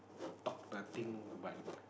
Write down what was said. talk nothing but